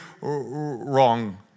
wrong